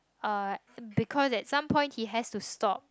uh because at some point he has to stop